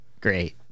Great